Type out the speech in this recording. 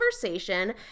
conversation